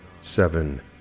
seven